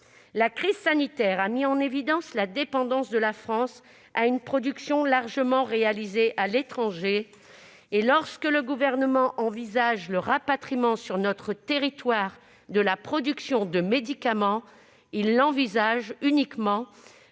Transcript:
La crise sanitaire a mis en évidence la dépendance de la France à une production largement réalisée à l'étranger. Et lorsque le Gouvernement évoque le rapatriement sur notre territoire de la production de médicaments, il ne l'envisage que